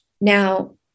Now